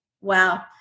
Wow